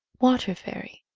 water fairy.